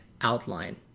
outline